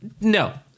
no